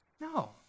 no